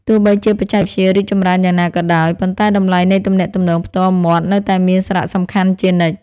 ទោះបីជាបច្ចេកវិទ្យារីកចម្រើនយ៉ាងណាក៏ដោយ ប៉ុន្តែតម្លៃនៃទំនាក់ទំនងផ្ទាល់មាត់នៅតែមានសារៈសំខាន់ជានិច្ច។